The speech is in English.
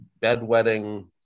bedwetting